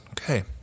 Okay